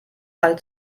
fall